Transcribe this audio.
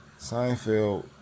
Seinfeld